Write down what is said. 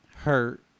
hurt